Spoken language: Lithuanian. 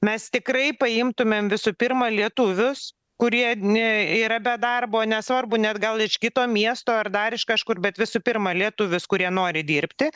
mes tikrai paimtumėm visų pirma lietuvius kurie ne yra be darbo nesvarbu net gal iš kito miesto ar dar iš kažkur bet visų pirma lietuvius kurie nori dirbti